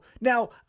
now